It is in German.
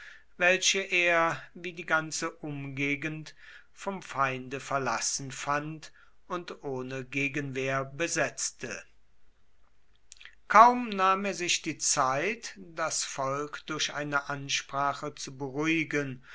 welche er wie die ganze umgegend vom feinde verlassen fand und ohne gegenwehr besetzte kaum nahm er sich die zeit das volk durch eine ansprache zu beruhigen